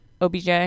OBJ